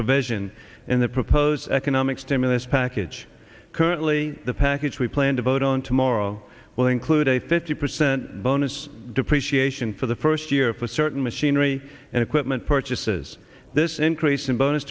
provision in the proposed economic stimulus package currently the package we plan to vote on tomorrow will include a fifty percent bonus depreciation for the first year for certain machinery and equipment purchases this increase in bonus